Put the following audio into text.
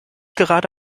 gerade